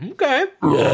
Okay